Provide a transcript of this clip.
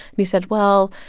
he said, well,